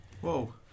Whoa